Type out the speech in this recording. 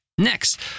Next